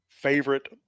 Favorite